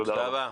תודה רבה.